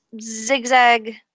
zigzag